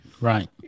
Right